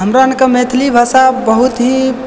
हमरा अरके मैथिली भाषा बहुत ही